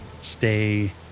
stay